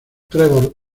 trevor